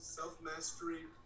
self-mastery